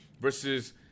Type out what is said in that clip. versus